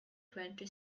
twenty